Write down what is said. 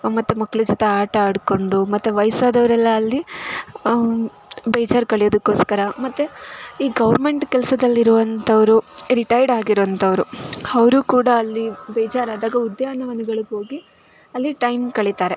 ಮತ್ತು ಮಕ್ಳು ಜೊತೆ ಆಟ ಆಡಿಕೊಂಡು ಮತ್ತು ವಯಸ್ಸಾದವರೆಲ್ಲ ಅಲ್ಲಿ ಬೇಜಾರು ಕಳೆಯೋದಕ್ಕೋಸ್ಕರ ಮತ್ತು ಈ ಗೌರ್ಮೆಂಟ್ ಕೆಲಸದಲ್ಲಿರುವಂಥವರು ರಿಟೈಡ್ ಆಗಿರುವಂಥವರು ಅವ್ರೂ ಕೂಡ ಅಲ್ಲಿ ಬೇಜಾರಾದಾಗ ಉದ್ಯಾನವನಗಳಿಗೋಗಿ ಅಲ್ಲಿ ಟೈಮ್ ಕಳಿತಾರೆ